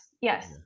Yes